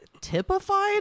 typified